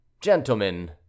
Gentlemen